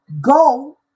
go